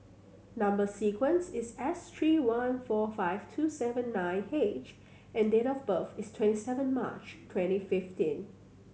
number sequence is S three one four five two seven nine H and date of birth is twenty seven March twenty fifteen